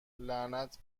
لعنت